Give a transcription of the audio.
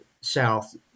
south